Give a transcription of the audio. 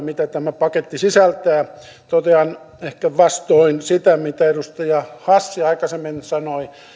mitä tämä paketti sisältää totean ehkä vastoin sitä mitä edustaja hassi aikaisemmin sanoi